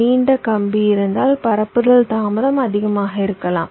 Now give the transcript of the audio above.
நீண்ட கம்பி இருந்தால் பரப்புதல் தாமதம் அதிகமாக இருக்கலாம்